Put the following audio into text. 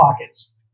pockets